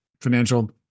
financial